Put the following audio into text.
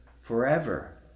forever